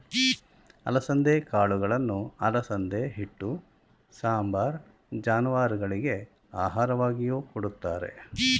ಅಲಸಂದೆ ಕಾಳುಗಳನ್ನು ಅಲಸಂದೆ ಹಿಟ್ಟು, ಸಾಂಬಾರ್, ಜಾನುವಾರುಗಳಿಗೆ ಆಹಾರವಾಗಿಯೂ ಕೊಡುತ್ತಾರೆ